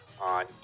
on